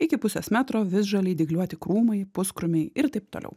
iki pusės metro visžaliai dygliuoti krūmai puskrūmiai ir taip toliau